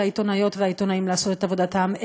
העיתונאיות והעיתונאים לעשות את עבודתם,